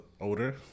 older